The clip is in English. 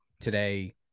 today